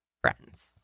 friends